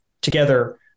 together